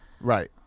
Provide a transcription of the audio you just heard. Right